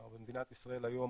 כלומר במדינת ישראל היום